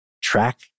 track